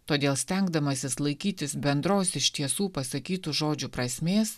todėl stengdamasis laikytis bendros iš tiesų pasakytų žodžių prasmės